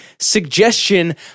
suggestion